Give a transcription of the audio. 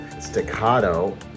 Staccato